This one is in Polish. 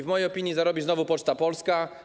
W mojej opinii zarobi znowu Poczta Polska.